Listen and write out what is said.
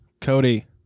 Cody